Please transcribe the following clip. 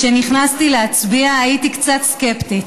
כשנכנסתי להצביע, הייתי קצת סקפטית.